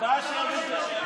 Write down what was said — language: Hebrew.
מזכירת הכנסת,